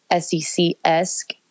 SEC-esque